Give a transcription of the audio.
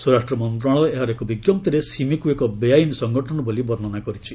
ସ୍ୱରାଷ୍ଟ୍ର ମନ୍ତ୍ରଣାଳୟ ଏହାର ଏକ ବିଞ୍ଜପ୍ତିରେ ସିମିକ୍ତ ଏକ ବେଆଇନ ସଙ୍ଗଠନ ବୋଲି ବର୍ଷନା କରିଛି